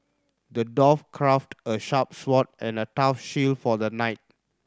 the dwarf crafted a sharp sword and a tough shield for the knight